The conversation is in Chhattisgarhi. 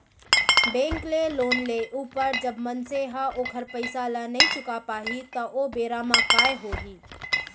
बेंक ले लोन लेय ऊपर जब मनसे ह ओखर पइसा ल नइ चुका पाही त ओ बेरा म काय होही